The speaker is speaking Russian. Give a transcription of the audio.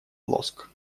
лоск